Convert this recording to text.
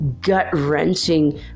gut-wrenching